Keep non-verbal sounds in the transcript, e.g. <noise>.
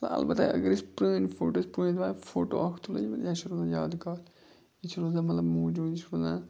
وۄنۍ البتہ اگر أسۍ پرٛٲنۍ فوٹوز پرٛٲنۍ <unintelligible> فوٹو اَکھ تُلو <unintelligible> یہِ چھِ روزان یادگار یہِ چھِ روزان مطلب موٗجوٗد یہِ چھِ روزان